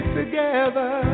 together